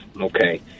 Okay